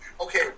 Okay